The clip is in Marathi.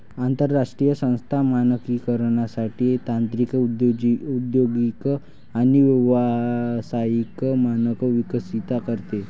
आंतरराष्ट्रीय संस्था मानकीकरणासाठी तांत्रिक औद्योगिक आणि व्यावसायिक मानक विकसित करते